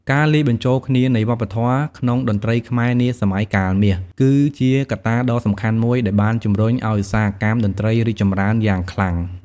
ការលាយបញ្ចូលគ្នានៃវប្បធម៌ក្នុងតន្ត្រីខ្មែរនាសម័យកាលមាស គឺជាកត្តាដ៏សំខាន់មួយដែលបានជំរុញឱ្យឧស្សាហកម្មតន្ត្រីរីកចម្រើនយ៉ាងខ្លាំង។